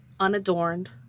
unadorned